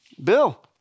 Bill